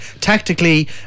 tactically